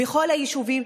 בכל היישובים,